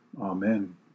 Amen